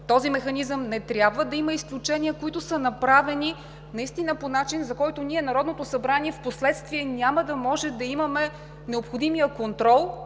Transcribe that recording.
Този механизъм не трябва да има изключения, които са направени по начин, за който ние, Народното събрание, впоследствие няма да може да имаме необходимия контрол,